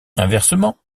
inversement